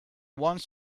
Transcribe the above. one